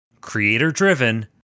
creator-driven